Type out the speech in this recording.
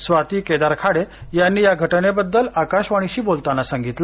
स्वाती केदार खाडे यांनी या घटनेबद्दल आकाशवाणीशी बोलताना सांगितलं